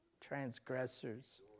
transgressors